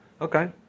Okay